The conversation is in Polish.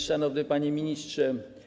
Szanowny Panie Ministrze!